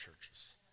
churches